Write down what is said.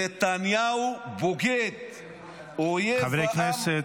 נתניהו בוגד, אויב העם ונבל.